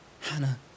Hannah